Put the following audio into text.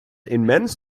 immens